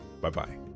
Bye-bye